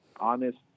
honest